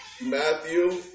Matthew